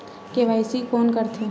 KYC कोन करथे?